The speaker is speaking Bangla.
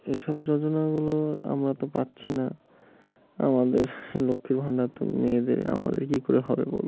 এইসব যোজনাগুলো আমরা তো পাচ্ছি না আমাদের লক্ষ্মীর ভাণ্ডার তো মেয়েদের আমাদের কী করে হবে বলব